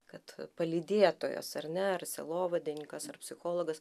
kad palydėtojas ar ne ar sielovadininkas ar psichologas